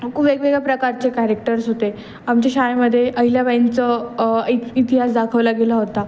खूप वेगवेगळ्या प्रकारचे कॅरेक्टर्स होते आमच्या शाळेमध्ये अहिल्याबाईंचं इ इतिहास दाखवला गेला होता